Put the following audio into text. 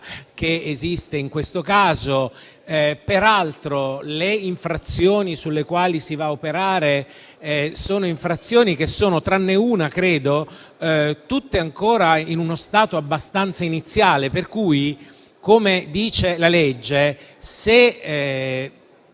che esiste in questo caso. Peraltro, le infrazioni sulle quali si va a operare sono tutte (tranne una, credo) ancora in uno stato abbastanza iniziale; pertanto, come dice la legge, se